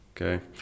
Okay